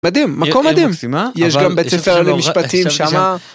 מדהים מקום מדהים, יש גם בית ספר למשפטים שם.